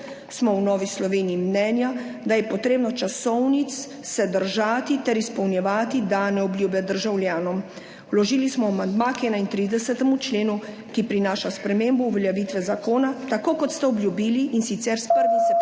smo v Novi Sloveniji mnenja, da se je treba časovnic držati ter izpolnjevati dane obljube državljanom. Zato smo vložili amandma k 31. členu, ki prinaša spremembo uveljavitve zakona, tako kot ste obljubili, in sicer s 1. septembrom